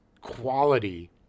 quality